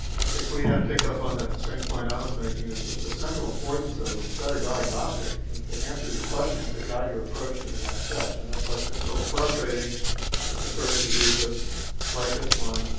i think leigh ann picked up on the same point i was making. it was just the central importance of a better diagnostic. and to answer your question and to guide your approach to the next steps and that's why it's been so frustrating that certain diseases like this one,